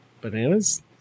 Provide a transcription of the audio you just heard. Bananas